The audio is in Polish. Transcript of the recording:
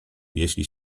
jeśli